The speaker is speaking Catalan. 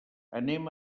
anem